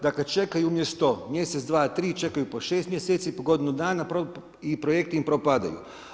Dakle, čekaju umjesto mjesec, dva, tri, čekaju po 6 mjeseci, po godinu dana i projekti im propadaju.